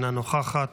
אינה נוכחת,